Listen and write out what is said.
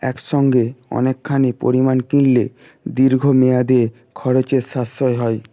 একসঙ্গে অনেকখানি পরিমাণ কিনলে দীর্ঘমেয়াদে খরচের সাশ্রয় হয়